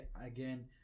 again